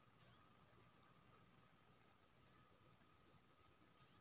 Machine के द्वारा धान की कटाइ के लिये केतना मजदूरी दिये परतय?